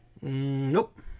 Nope